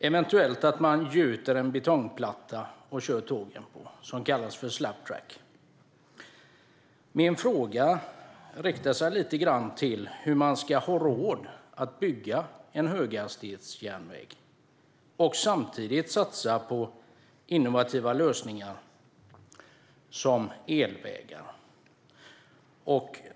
Eventuellt kommer man att gjuta en betongplatta, som kallas för slab track, som tågen körs på. Min fråga handlar om hur man ska få råd att bygga höghastighetsjärnväg och samtidigt satsa på innovativa lösningar som elvägar.